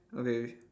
okay